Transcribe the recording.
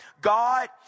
God